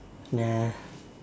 nah